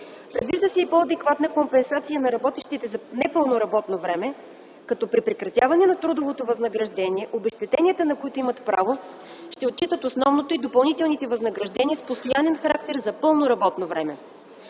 Предвижда се и по-адекватна компенсация за работещите на непълно работно време, като при прекратяване на трудовото възнаграждение обезщетенията, на които имат право, ще отчитат основното и допълнителните възнаграждения с постоянен характер за пълно работно време.